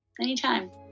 Anytime